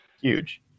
huge